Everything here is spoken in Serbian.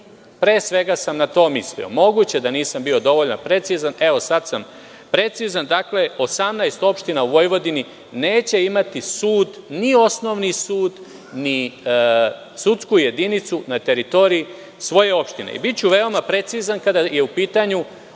Pre svega, sam na to mislio. Moguće da nisam bio dovoljno precizan. Evo, sada sam precizan. Dakle, 18 opština u Vojvodini neće imati sud, ni Osnovni sud, ni sudsku jedinicu na teritoriji svoje opštine. Biću veoma precizan kada je u pitanju